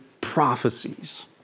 prophecies